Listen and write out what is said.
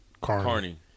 Carney